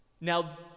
now